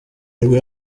nibwo